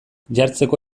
jartzeko